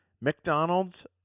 McDonald's